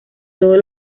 todos